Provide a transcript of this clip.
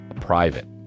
private